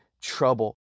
trouble